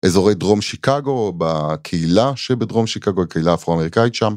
אזורי דרום שיקגו, בקהילה שבדרום שיקגו, הקהילה האפרו-אמריקאית שם.